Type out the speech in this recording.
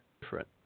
different